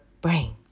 brain